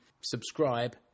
subscribe